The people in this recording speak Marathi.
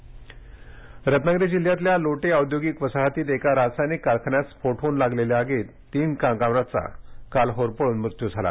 रत्नागिरी आग रत्नागिरी जिल्ह्यातल्या लोटे औद्योगिक वसाहतीत एका रासायनिक कारखान्यात स्फोट होऊन लागलेल्या आगीत तीन कामगारांचा काल होरपळून मृत्यू झाला